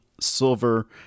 silver